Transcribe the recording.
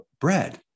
bread